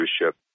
leadership